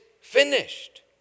finished